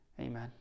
Amen